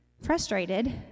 Frustrated